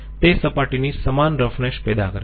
તે સપાટીની સમાન રફનેસ પેદા કરે છે